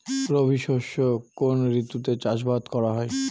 রবি শস্য কোন ঋতুতে চাষাবাদ করা হয়?